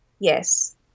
Yes